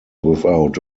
without